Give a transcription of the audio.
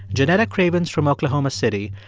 janetta cravens from oklahoma city,